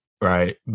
right